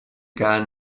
gar